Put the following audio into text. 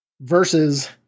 versus